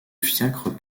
fiacre